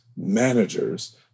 managers